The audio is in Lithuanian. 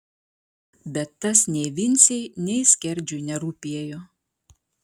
bet tas nei vincei nei skerdžiui nerūpėjo